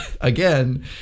again